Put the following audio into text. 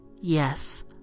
yes